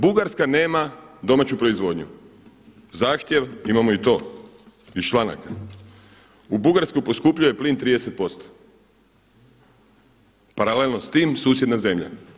Bugarska nema domaću proizvodnju, zahtjev imamo i to iz članaka u Bugarskoj poskupljuje plin 30%, paralelno s tim susjedna zemlja.